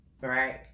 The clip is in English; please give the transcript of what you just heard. Right